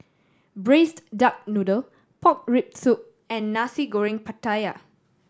Braised Duck Noodle pork rib soup and Nasi Goreng Pattaya